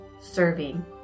serving